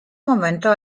momento